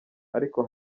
ariko